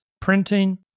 printing